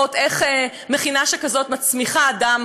המדינה ולא מגיע לכאן,